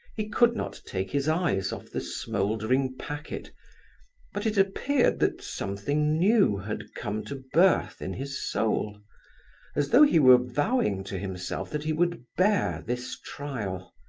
he could not take his eyes off the smouldering packet but it appeared that something new had come to birth in his soul as though he were vowing to himself that he would bear this trial.